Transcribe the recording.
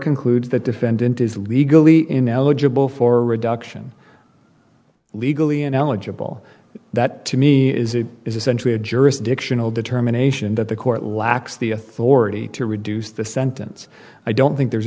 concludes that defendant is legally ineligible for reduction legally ineligible that to me is essentially a jurisdictional determination that the court lacks the authority to reduce the sentence i don't think there's